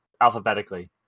alphabetically